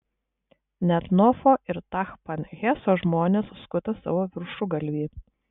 net nofo ir tachpanheso žmonės skuta savo viršugalvį